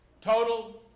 Total